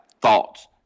thoughts